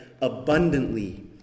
abundantly